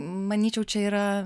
manyčiau čia yra